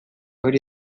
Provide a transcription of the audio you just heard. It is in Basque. hori